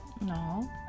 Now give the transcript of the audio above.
No